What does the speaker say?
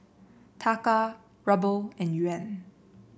Taka Ruble and Yuan